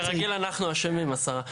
כרגיל, אנחנו אשמים, השרה.